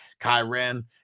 Kyren